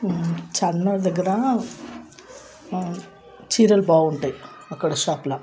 చార్మినార్ దగ్గర చీరలు బాగుంటాయి అక్కడ షాప్లో